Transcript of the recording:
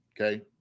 Okay